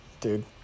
dude